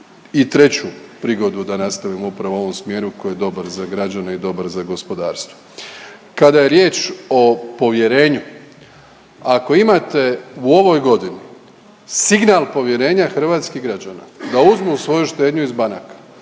i treću prigodu da nastavimo upravo u ovom smjeru koji je dobar za građane i dobar za gospodarstvo. Kada je riječ o povjerenju, ako imate u ovoj godini signal povjerenja hrvatskih građana da uzmu svoju štednju iz banaka